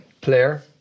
Player